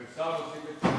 אפשר להוסיף את שלי?